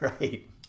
Right